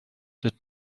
wird